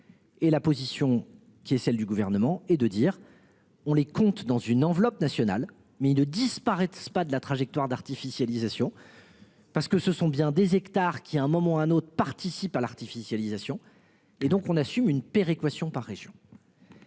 Et la position qui est celle du gouvernement et de dire. On les compte dans une enveloppe nationale mais il ne disparaissent pas de la trajectoire d'artificialisation. Parce que ce sont bien des hectares qui à un moment ou un autre participent à l'artificialisation. Et donc on assume une péréquation par région.